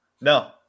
No